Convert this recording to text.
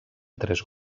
tres